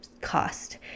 cost